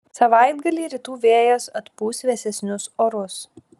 savaitgalį rytų vėjas atpūs vėsesnius orus